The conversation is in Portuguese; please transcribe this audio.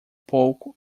pouco